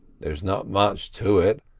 there's not much to it,